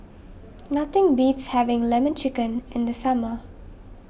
nothing beats having Lemon Chicken in the summer